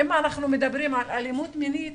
אם אנחנו מדברים על אלימות מינית